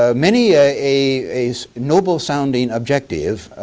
ah many ah a noble sounding objective,